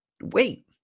wait